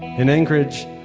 in anchorage,